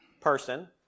person